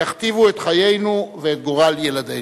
יכתיבו את חיינו ואת גורל ילדינו.